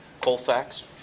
Colfax